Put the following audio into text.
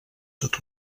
tot